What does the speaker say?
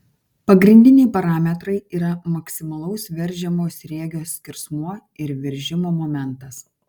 pagrindiniai parametrai yra maksimalaus veržiamo sriegio skersmuo ir veržimo momentas